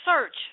search